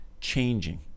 changing